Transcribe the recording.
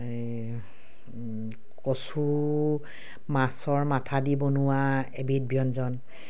কচু মাছৰ মাথা দি বনোৱা এবিধ ব্যঞ্জন